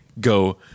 go